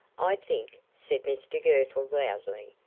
i think, said mr girtle, loudly,